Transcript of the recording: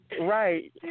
Right